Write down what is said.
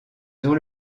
sur